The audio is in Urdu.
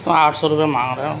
تم آٹھ سو روپیے مانگ رہے ہو